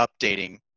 updating